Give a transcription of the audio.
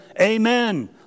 amen